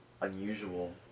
unusual